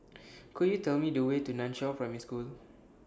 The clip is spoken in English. Could YOU Tell Me The Way to NAN Chiau Primary School